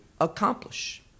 accomplish